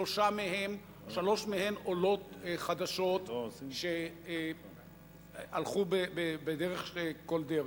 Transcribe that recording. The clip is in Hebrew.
שלוש עולות חדשות שהלכו בדרך כל דרך,